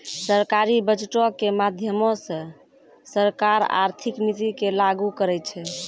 सरकारी बजटो के माध्यमो से सरकार आर्थिक नीति के लागू करै छै